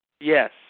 Yes